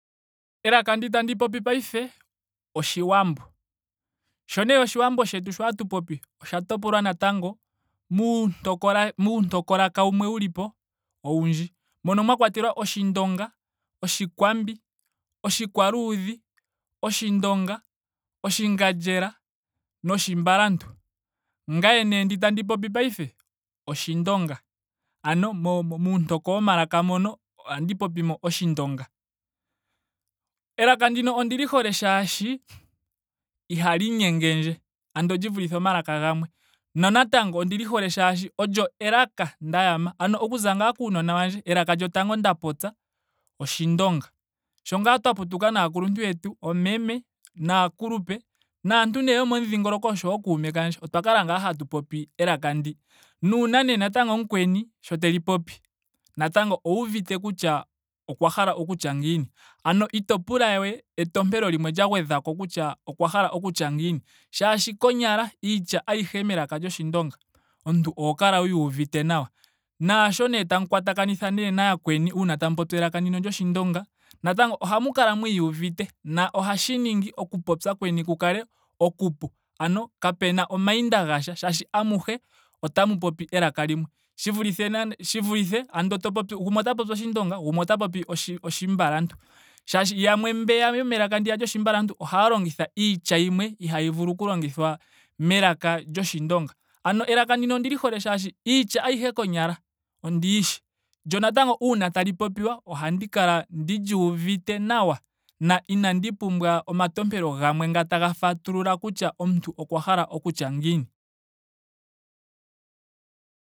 Elaka ndi tandi popi paife oshiwambo. Sho nee oshiwambo shetu sho hatu popi osha topolwa natango muuntoko laka muuntokolaka wumwe wulipo oundji. mono mwa kwatelwa oshindonga. Okwambi. Oshikwaaluudhi. Oshindonga. Oshingandjera noshimbalantu. Ngame nee ndi tandi popi paife oshindonga. Ano muuntoko womalaka mono ohandi popi mo oshindonga. Elaka ndino ondili hole shaashi ihali nyengendje. Ando li vulithe omalaka gamwe. Nonatango ondili hole shaashi olyo elaka nda yama. Ano okuza ngaa kuunona wandje elaka lyotango nda popya oshindonga. Sho ngaa twa putuka naakulunu yetu. omeme naakulupe. naantu nee yomomudhingoloko oshowo ookume kandje otwa kala ngaa hatu popi elaka ndi. Nuuna nee natango mukweni sho teli popi natango owuuvite kutya okwa hala kutya ngiini. Ano ito pula we etompelo limwe lya gwedhwa po kutya okwa hala okutya ngiini. Shaashi konyala iitya ayihe melaka lyoshindonga omuntu oho kala wuyi uvite nawa. naasho nee tamu kwatakanitha nayakweni uuna tamu popi elaka ndino lyoshindonga natango ohamu kala mwiiyuvite na ohashi ningi oku popya kweni ku kale okupu. Ano kapena omainda gasha shaashi amuhe otamu popi elaka limwe. shi vulitha nando shi vulithe andoo to popi gumwe ota popi oshindonga gumwe ota popi oshi oshimbalantu. Shaashi yamwe mbeya yomelaka lyoshimbalantu ohaya longitha iitya yimwe ihaayi vulu oku longithwa melaka lyoshindonga. Ano elaka ndino ondili hole shaashi iitya ayihe konyala ondi yishi. Lyo natango uuna tali popiwa ohandi kala ndili uvite nawa. na inandi pumbwa omatompelo gamwe nga taga fatulula kutya omuntu okwa hala okutya ngiini